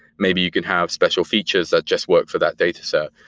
maybe you can have special features that just work for that dataset.